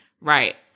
Right